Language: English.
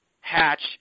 hatch